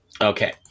Okay